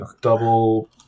double